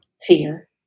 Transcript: fear